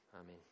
Amen